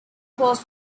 closed